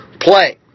play